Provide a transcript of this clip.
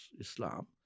Islam